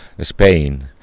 Spain